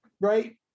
right